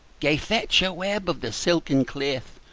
gae, fetch a web of the silken claith,